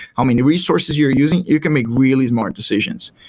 how many resources you're using, you can make really smart decisions.